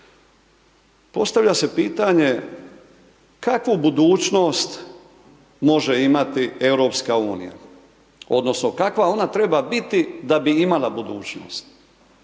Postavlja se pitanje kakvu budućnost može imati EU odnosno kakva ona treba biti da bi imala budućnost?